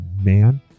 man